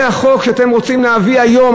זה החוק שאתם רוצים להביא היום,